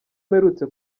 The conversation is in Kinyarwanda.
mperutse